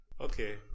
okay